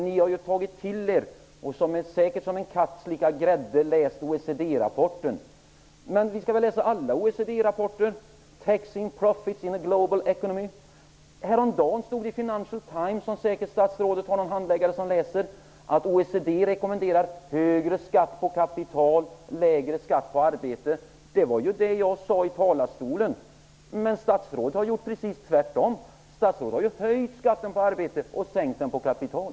Ni har ju tagit till er och läst OECD-rapporten lika säkert som en katt slickar grädde. Men vi skall väl läsa alla OECD-rapporter, t.ex. Taxingprofits in a global economy. Häromdagen stod det i Financial Times, som statsrådet säkert har någon handläggare som läser, att OECD rekommenderar högre skatt på kapital och lägre skatt på arbete. Det var ju det jag sade i talarstolen. Statsrådet har gjort precis tvärtom och höjt skatten på arbete och sänkt den på kapital.